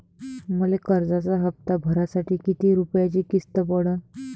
मले कर्जाचा हप्ता भरासाठी किती रूपयाची किस्त पडन?